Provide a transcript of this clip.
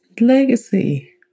Legacy